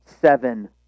seven